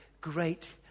great